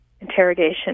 interrogation